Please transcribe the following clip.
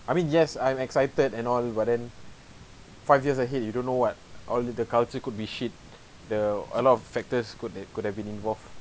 I mean yes I'm excited and all but then five years ahead you don't know what all the culture could be shit the a lot of factors could could have been involved